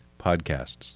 podcasts